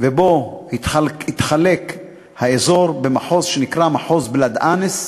ובו התחלק האזור במחוז שנקרא מחוז בלאד אנס,